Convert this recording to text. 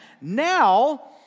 now